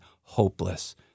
hopeless